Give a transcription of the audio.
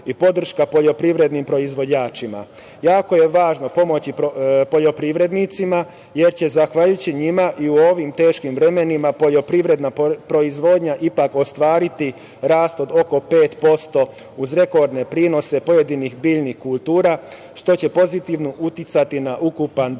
i podrška poljoprivrednim proizvođačima. Jako je važno pomoći poljoprivrednicima, jer će zahvaljujući njima i u ovim teškim vremenima poljoprivredna proizvoda ipak ostvariti rast od oko 5%, uz rekordne prinose pojedinih biljnih kultura, što će pozitivno uticati na ukupan